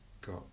got